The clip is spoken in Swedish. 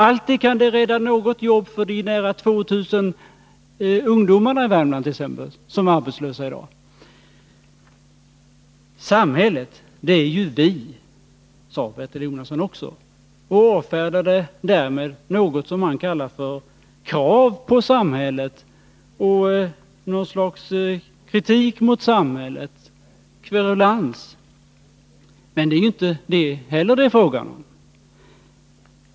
Alltid kan denna verksamhet rädda något jobb t.ex. åt de nära 2 000 ungdomar i Värmland som är arbetslösa. Samhället är ju vi, sade Bertil Jonasson också. Han avfärdade därmed vad han kallar för kraven på samhället och den kritik mot samhället som enligt honom är kverulans. Men det är inte fråga om kverulans.